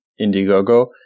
Indiegogo